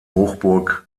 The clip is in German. hochburg